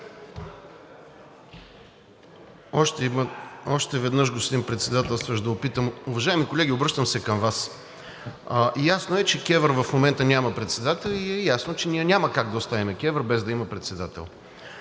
Още веднъж, господин Председателстващ, да опитам. Уважаеми колеги, обръщам се към Вас. Ясно е, че КЕВР в момента няма председател и е ясно, че ние няма как да оставим КЕВР, без да има председател.